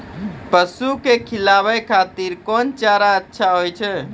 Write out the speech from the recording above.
पसु के खिलाबै खातिर कोन चारा अच्छा होय छै?